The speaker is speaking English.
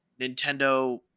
Nintendo